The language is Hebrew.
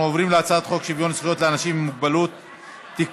אנחנו עוברים להצעת חוק שוויון זכויות לאנשים עם מוגבלות (תיקון,